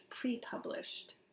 pre-published